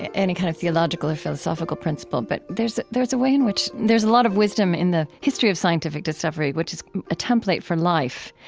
any kind of theological or philosophical principle, but there's there's a way in which there's a lot of wisdom in the history of scientific discovery, which is a template for life,